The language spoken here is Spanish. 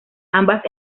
ambas